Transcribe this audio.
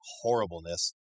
horribleness